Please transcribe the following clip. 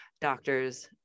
doctors